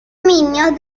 dominios